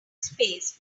space